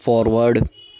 forward